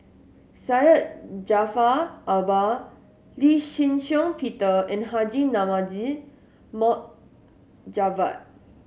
Syed Jaafar Albar Lee Shih Shiong Peter and Haji Namazie Mohd Javad